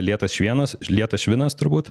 lietas švienas lietas švinas turbūt